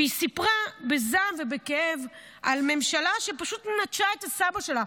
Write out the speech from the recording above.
והיא סיפרה בזעם ובכאב על ממשלה שפשוט נטשה את הסבא שלה.